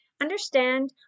Understand